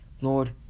Lord